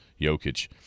Jokic